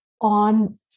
on